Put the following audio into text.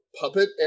puppet